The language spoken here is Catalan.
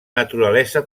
naturalesa